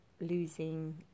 losing